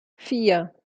vier